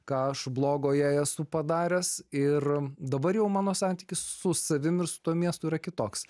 ką aš blogo jai esu padaręs ir dabar jau mano santykis su savim ir su tuo miestu yra kitoks